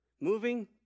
moving